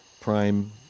prime